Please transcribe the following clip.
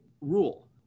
rule